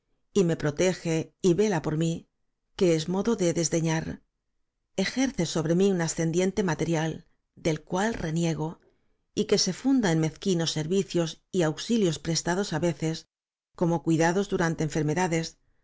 y me protege y vela por mí que es modo de desdeñar ejerce sobre mí un a s cendiente material del cual reniego y que se funda en mezquinos servicios y auxilios prestados á veces como cuidados durante enfermedades